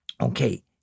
Okay